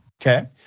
Okay